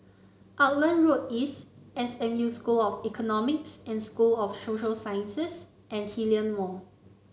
Auckland Road East S M U School of Economics and School of Social Sciences and Hillion Mall